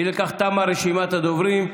אי לכך, תמה רשימת הדוברים.